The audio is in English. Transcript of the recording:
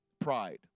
pride